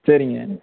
சரிங்க